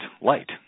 light